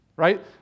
right